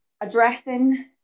addressing